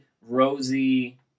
Rosie